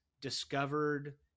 discovered